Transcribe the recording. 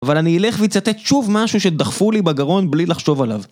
אבל אני אלך ואצטט שוב משהו שדחפו לי בגרון בלי לחשוב עליו.